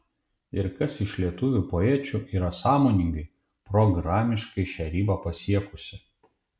ir kas iš lietuvių poečių yra sąmoningai programiškai šią ribą pasiekusi